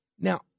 Now